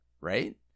right